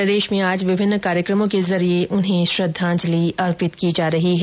प्रदेश में भी आज विभिन्न कार्यक्रमों के जरिये उन्हें श्रद्वाजंलि अर्पित की जा रही है